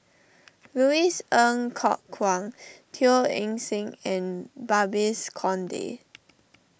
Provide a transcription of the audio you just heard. Louis Ng Kok Kwang Teo Eng Seng and Babes Conde